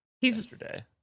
yesterday